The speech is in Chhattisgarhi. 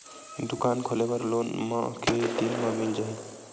दुकान खोले बर लोन मा के दिन मा मिल जाही?